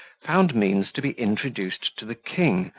found means to be introduced to the king,